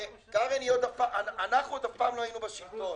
קרעי, אנחנו עוד אף לא היינו בשלטון.